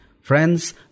Friends